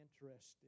interested